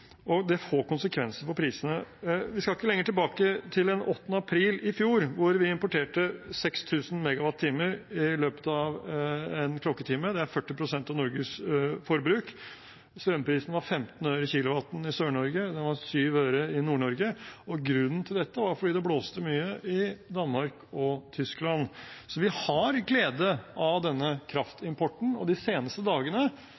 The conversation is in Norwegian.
og det får konsekvenser for prisene. Vi skal ikke lenger tilbake enn til 8. april i fjor, da importerte vi 6 000 MWh i løpet av en klokketime – det er 40 pst. av Norges forbruk, og strømprisen var på 15 øre per kW i Sør-Norge og 7 øre i Nord-Norge – og grunnen til dette var at det blåste mye i Danmark og Tyskland. Så vi har glede av denne kraftimporten, og de seneste dagene